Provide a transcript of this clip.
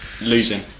losing